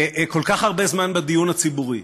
כל כך הרבה זמן בדיון הציבורי,